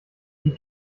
sie